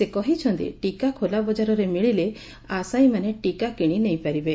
ସେ କହିଛନ୍ତି ଟିକା ଖୋଲା ବଜାରରେ ମିଳିଲେ ଆଶାୟୀମାନେ ଟିକା କିଶି ନେଇପାରିବେ